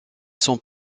son